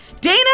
Dana